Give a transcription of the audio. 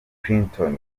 clinton